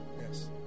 Yes